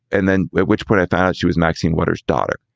and then at which point i thought she was maxine waters daughter.